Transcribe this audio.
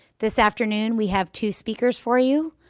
this afternoon, we have two speakers for you.